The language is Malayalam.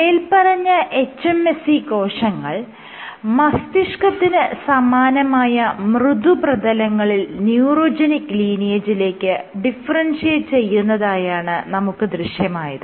മേല്പറഞ്ഞ hMSC കോശങ്ങൾ മസ്തിഷ്കത്തിന് സമാനമായ മൃദുപ്രതലങ്ങളിൽ ന്യൂറോജെനിക് ലീനിയേജിലേക്ക് ഡിഫറെൻഷിയേറ്റ് ചെയ്യുന്നതായാണ് നമുക്ക് ദൃശ്യമായത്